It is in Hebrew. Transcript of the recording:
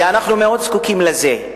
ואנחנו זקוקים לזה מאוד.